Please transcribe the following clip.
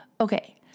Okay